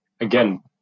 again